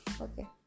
Okay